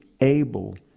able